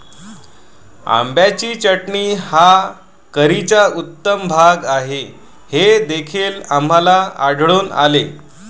आंब्याची चटणी हा करीचा उत्तम भाग आहे हे देखील आम्हाला आढळून आले